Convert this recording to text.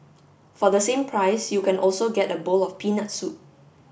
for the same price you can also get a bowl of peanut soup